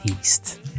East